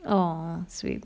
orh sweet